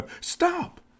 Stop